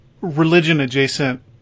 religion-adjacent